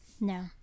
No